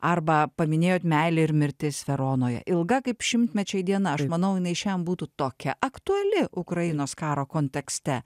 arba paminėjot meilė ir mirtis veronoje ilga kaip šimtmečiai diena aš manau jinai šian būtų tokia aktuali ukrainos karo kontekste